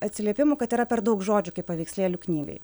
atsiliepimų kad yra per daug žodžių kaip paveikslėlių knygai